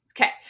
Okay